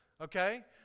okay